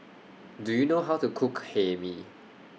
Do YOU know How to Cook Hae Mee